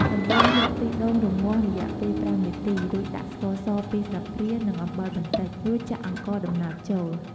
ដំបូងយកខ្ទិះដូចរំងាស់រយៈពេល៥នាទី រួចដាក់ស្ករស២ស្លាបព្រា និងអំបិលបន្តិច រួចចាក់អង្ករដំណើបចូល។